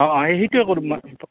অঁ এই সেইটোৱে কৰিম ন